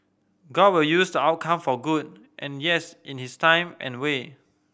god will use the outcome for good and yes in his time and way